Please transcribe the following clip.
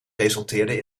resulteerde